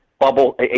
bubble